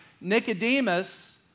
Nicodemus